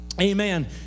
Amen